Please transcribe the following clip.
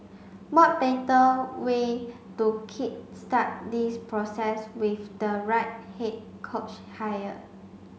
what better way to kick start this process with the right head coach hire